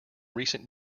recent